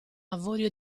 avorio